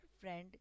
friend